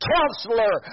Counselor